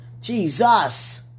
Jesus